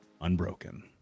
Unbroken